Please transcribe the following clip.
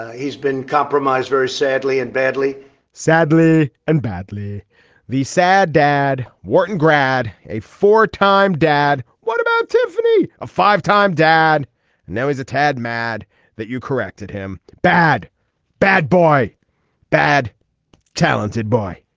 he's been compromised very sadly and badly sadly and badly the sad dad wharton grad a four time dad. what about tiffany a five time dad and now he's a tad mad that you corrected him. bad bad boy bad talented boy